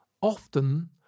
often